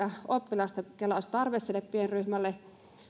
oppilaasta kellä olisi tarve pienryhmälle